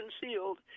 concealed